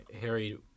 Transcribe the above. Harry